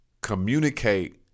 communicate